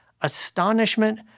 astonishment